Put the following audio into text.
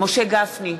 משה גפני,